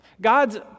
God's